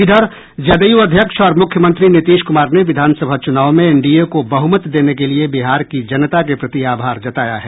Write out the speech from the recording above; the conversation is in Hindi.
इधर जदयू अध्यक्ष और मुख्यमंत्री नीतीश कुमार ने विधानसभा चूनाव में एनडीए को बहुमत देने के लिये बिहार की जनता के प्रति आभार जताया है